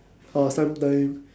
or sometimes